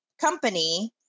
company